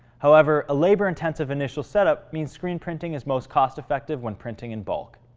however, a labor intensive initial setup means screen printing is most cost effective when printing in bulk.